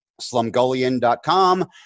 slumgullion.com